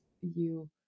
you-